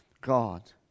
God